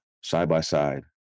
side-by-side